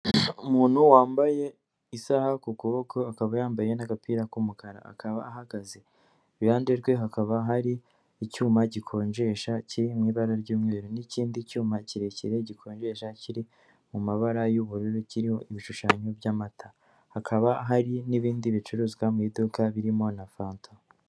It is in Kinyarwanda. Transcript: Umuntu wambaye isaha ku kuboko akaba yambaye n'agapira k'umukara akaba ahagaze, iruhande rwe hakaba hari icyuma gikonjesha kiri mu ibara ry'umweru n'ikindi cyuma kirekire gikonjesha kiri mu mabara y'ubururu kirimo ibishushanyo by'amata, hakaba hari n'ibindi bicuruzwa mu iduka birimo na fanta.